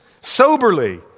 soberly